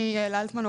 אני יעל אלטמן,